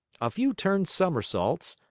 a few turned somersaults,